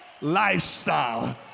lifestyle